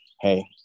hey